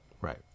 Right